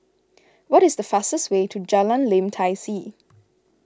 what is the fastest way to Jalan Lim Tai See